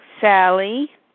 Sally